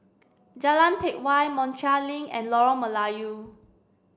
Jalan Teck Whye Montreal Link and Lorong Melayu